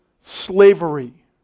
slavery